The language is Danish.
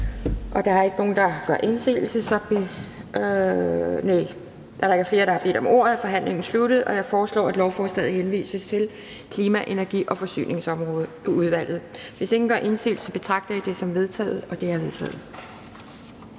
til ministeren. Tak for det. Da der ikke er flere, der har bedt om ordet, er forhandlingen sluttet. Jeg foreslår, at lovforslaget henvises til Klima-, Energi- og Forsyningsudvalget. Hvis ingen gør indsigelse, betragter jeg det som vedtaget. Det er vedtaget.